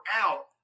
out